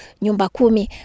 Nyumbakumi